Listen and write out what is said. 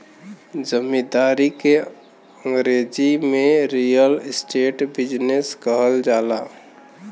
जमींदारी के अंगरेजी में रीअल इस्टेट बिजनेस कहल जाला